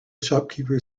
shopkeeper